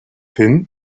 hin